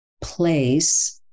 place